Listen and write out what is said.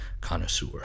connoisseur